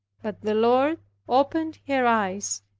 but the lord opened her eyes,